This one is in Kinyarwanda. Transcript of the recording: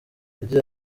yagize